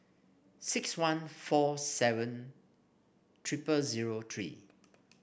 six one four seven triple zero three